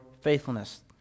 faithfulness